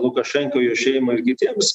lukašenkai jo šeimai ir kitiems